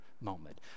moment